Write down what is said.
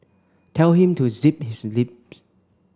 tell him to zip his lips